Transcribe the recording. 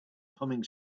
humming